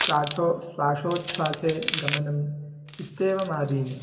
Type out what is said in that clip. श्वासः श्वासोछ्वासे गमनम् इत्येवमादीनि